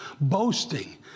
boasting